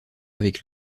avec